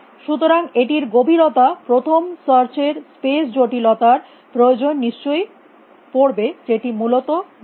সুতরাং এটির গভীরতা প্রথম সার্চ এর স্পেস জটিলতা র প্রয়োজন নিশ্চয়ই পরবে যেটি মূলত রৈখিক